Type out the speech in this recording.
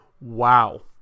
Wow